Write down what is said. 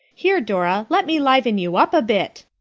here, dora, let me liven you up a bit.